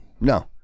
No